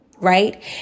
Right